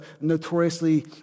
notoriously